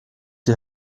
die